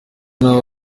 nawe